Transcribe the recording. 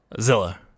Zilla